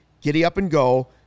giddy-up-and-go